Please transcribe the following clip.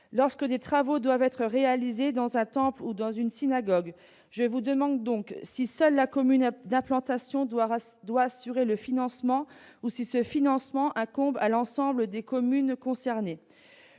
Lorsque des travaux doivent être réalisés dans un temple ou une synagogue, je souhaite savoir si seule la commune d'implantation doit assurer le financement ou si celui-ci incombe à l'ensemble des communes concernées.